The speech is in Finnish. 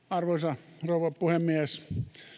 arvoisa rouva puhemies